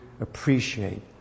appreciate